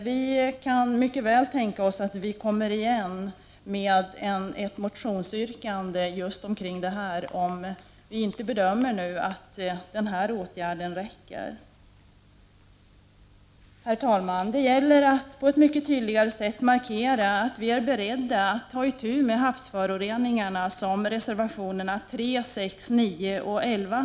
Vi kan mycket väl tänka oss att komma igen med ett motionsyrkande just kring dessa frågor, såvida vi inte bedömer att denna åtgärd räcker. Herr talman! Det gäller att på ett mycket tydligare sätt markera att vi är beredda att ta itu med havsföroreningarna som tas upp i reservationerna 3, 6, 9 och 11.